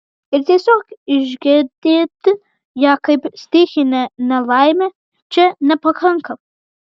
ir tiesiog išgedėti ją kaip stichinę nelaimę čia nepakanka